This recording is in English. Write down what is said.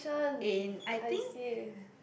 in I think